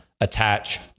attach